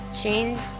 change